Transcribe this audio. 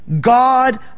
God